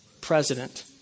president